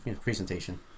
presentation